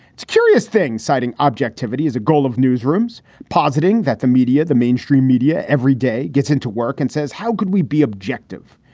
it's a curious thing, citing objectivity as a goal of newsrooms, positing that the media, the mainstream media every day gets into work and says, how could we be objective?